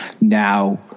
now